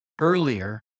earlier